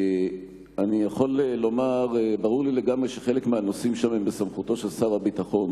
ברור לי לגמרי שחלק מהנושאים שם הם בסמכותו של שר הביטחון,